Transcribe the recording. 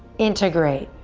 integrate.